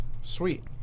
Sweet